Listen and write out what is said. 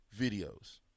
videos